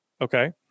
Okay